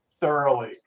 thoroughly